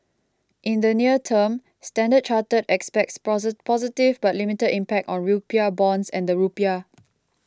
in the near term Standard Chartered expects positive but limited impact on rupiah bonds and the rupiah